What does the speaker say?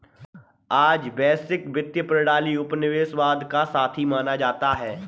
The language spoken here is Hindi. आज का वैश्विक वित्तीय प्रणाली उपनिवेशवाद का साथी माना जाता है